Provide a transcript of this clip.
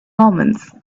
omens